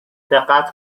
دقت